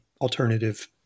alternative